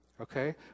okay